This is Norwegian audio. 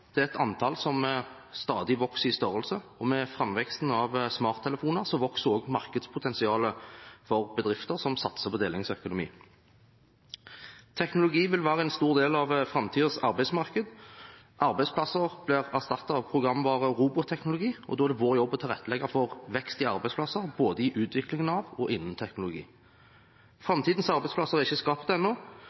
Det er et antall som stadig vokser, og med framveksten av smarttelefoner vokser også markedspotensialet for bedrifter som satser på delingsøkonomi. Teknologi vil være en stor del av framtidens arbeidsmarked. Arbeidsplasser blir erstattet av programvare og robotteknologi. Da er det vår jobb å tilrettelegge for vekst i arbeidsplasser, både i utviklingen av og innen teknologien. Framtidens arbeidsplasser er ikke skapt ennå.